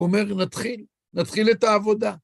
אומר, נתחיל, נתחיל את העבודה.